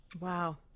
Wow